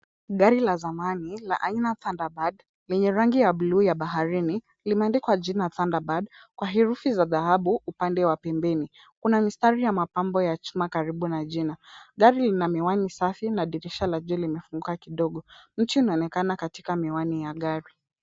Gari la zamani la aina Thunderbird lenye rangi ya bluu ya baharini linaendekwa jina Thunderbird kwa herufi za dhahabu upande wa pembeni. Kuna mistari ya mapambo ya chuma karibu na jina. Gari lina miwani safi na dirisha la juu limefungwa kidogo. Mti inaonekana katika miwani ya gari.